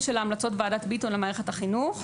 של ההמלצות של וועדת ביטון למערכת החינוך,